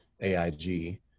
AIG